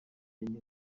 yageze